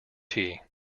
tea